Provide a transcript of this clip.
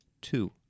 two